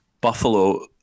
Buffalo